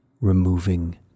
removing